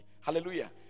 Hallelujah